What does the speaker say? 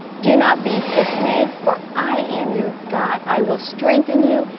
do not be dismayed for i am your god. i will strengthen you.